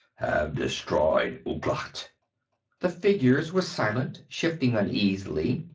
have destroyed ouglat. the figures were silent, shifting uneasily.